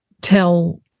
tell